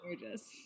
gorgeous